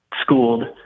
schooled